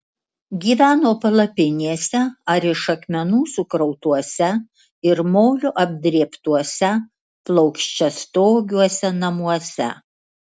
gyveno palapinėse ar iš akmenų sukrautuose ir moliu apdrėbtuose plokščiastogiuose namuose